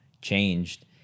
changed